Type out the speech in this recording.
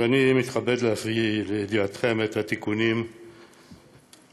אני מתכבד להביא לידיעתכם את התיקונים שוועדת